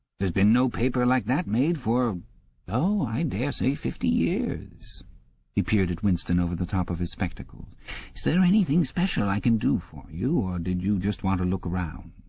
there's been no paper like that made for um oh, i dare say fifty years he peered at winston over the top of his spectacles. is there anything special i can do for you? or did you just want to look round